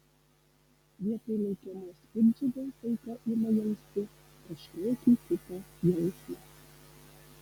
vietoj laukiamos piktdžiugos auka ima jausti kažkokį kitą jausmą